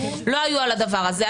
לא היו על הדבר הזה.